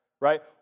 right